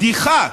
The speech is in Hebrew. בדיחה,